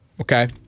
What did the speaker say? Okay